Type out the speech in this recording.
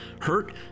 Hurt